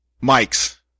Mike's